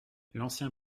l’ancien